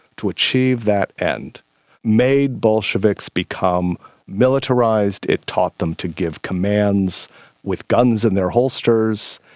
to achieve that end made bolsheviks become militarised, it taught them to give commands with guns in their holsters.